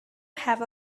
have